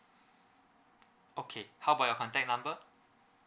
okay how about your contact number